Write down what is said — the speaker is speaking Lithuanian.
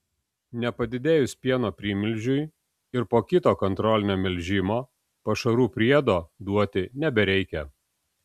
nepadidėjus pieno primilžiui ir po kito kontrolinio melžimo pašarų priedo duoti nebereikia